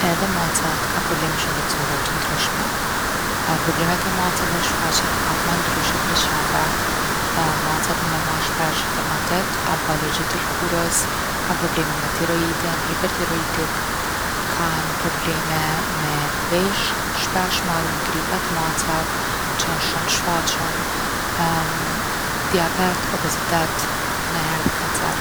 Edhe macat kan’ probleme shëndetsore t’ndryshme. problemet e macave shfaqen pak ma ndryshe prej qenve macat mujn me marr shpesh dermatit, apo alergji t’lkurës, kan’ probleme me tiroidin hipertiriodik, kan’ probleme me veshk’, shpesh marrin gripa t’macave që jon shum’ t’shfaqun. Diabet, obezitet, najher edhe kancer.